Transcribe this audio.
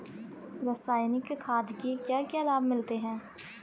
रसायनिक खाद के क्या क्या लाभ मिलते हैं?